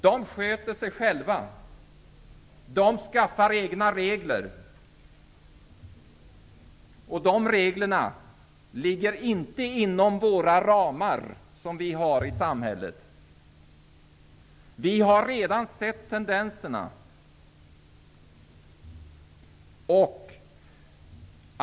De sköter sig själva och skaffar sig egna regler, som inte ligger inom samhällets ramar. Vi har redan sett tendenserna.